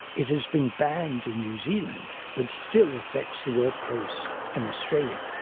it has been banned in new zealand but still affects the work place in australia.